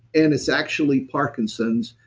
and it's actually parkinson's,